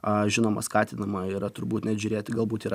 aš žinoma skatinama yra turbūt net žiūrėti galbūt ir